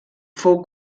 fou